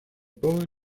bullet